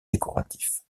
décoratifs